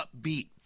upbeat